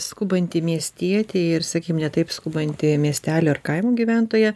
skubantį miestietį ir sakykim ne taip skubantį miestelio ar kaimo gyventoją